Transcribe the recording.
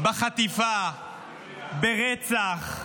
בחטיפה, ברצח,